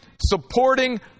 supporting